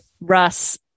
Russ